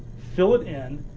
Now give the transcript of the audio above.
fill it in,